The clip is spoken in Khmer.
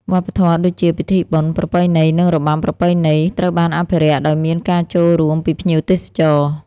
វប្បធម៌ដូចជា ពិធីបុណ្យ ប្រពៃណី និងរបាំប្រពៃណី ត្រូវបានអភិរក្សដោយមានការចូលរួមពីភ្ញៀវទេសចរ។